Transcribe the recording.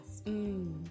Mmm